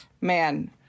Man